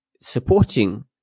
supporting